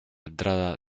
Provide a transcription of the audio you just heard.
entrada